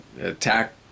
attack